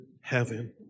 heaven